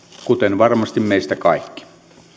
kuten varmasti meistä kaikki arvoisa